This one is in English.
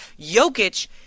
Jokic